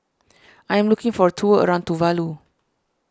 I am looking for a tour around Tuvalu